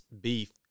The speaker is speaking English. beef